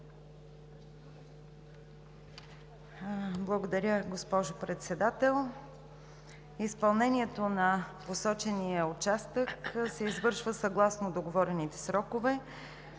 Благодаря, госпожо Председател. Изпълнението на посочения участък се извършва съгласно договорените срокове